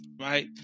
right